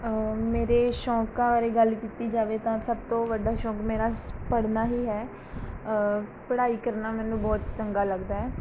ਮੇਰੇ ਸ਼ੌਕਾਂ ਬਾਰੇ ਗੱਲ ਕੀਤੀ ਜਾਵੇ ਤਾਂ ਸਭ ਤੋਂ ਵੱਡਾ ਸ਼ੌਂਕ ਮੇਰਾ ਸ ਪੜ੍ਹਨਾ ਹੀ ਹੈ ਪੜ੍ਹਾਈ ਕਰਨਾ ਮੈਨੂੰ ਬਹੁਤ ਚੰਗਾ ਲੱਗਦਾ ਹੈ